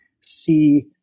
see